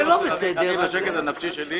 בשביל השקט הנפשי שלי,